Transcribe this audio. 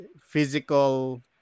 physical